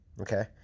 okay